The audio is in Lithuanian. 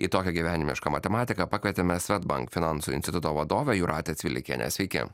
į tokią gyvenimišką matematiką pakvietėme swedbank finansų instituto vadovę jūratę cvilikienę sveiki